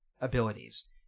abilities